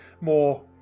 more